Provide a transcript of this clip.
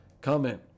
Comment